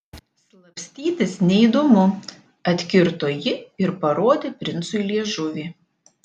slapstytis neįdomu atkirto ji ir parodė princui liežuvį